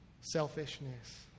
selfishness